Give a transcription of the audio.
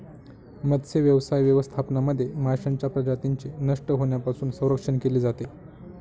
मत्स्यव्यवसाय व्यवस्थापनामध्ये माशांच्या प्रजातींचे नष्ट होण्यापासून संरक्षण केले जाते